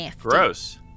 gross